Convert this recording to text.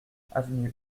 avenue